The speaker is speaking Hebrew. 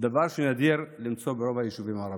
דבר שנדיר למצוא ברוב היישובים הערביים,